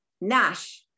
Nash